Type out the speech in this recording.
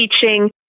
teaching